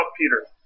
Peter